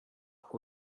who